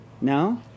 no